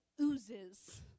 oozes